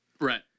Right